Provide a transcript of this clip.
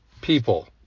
people